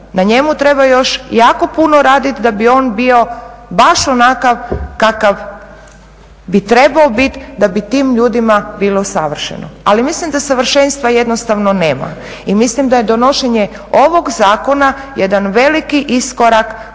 Na njemu treba još jako puno raditi da bi on bio baš onakav kakav bi trebao biti da bi tim ljudima bilo savršeno. Ali mislim da savršenstva jednostavno nema i mislim da je donošenje ovog zakona jedan veliki iskorak